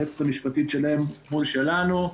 היועצת המשפטית שלהם מול שלנו.